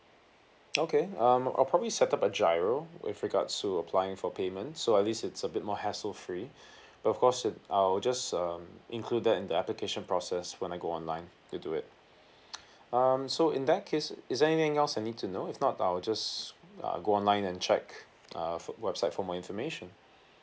okay um I'll probably set up a GIRO with regards to applying for payment so at least it's a bit more hassle free but of course uh I'll just um include that in the application process when I go online to do it um so in that case is there anything else I need to know if not I'll just uh go online and check uh website for more information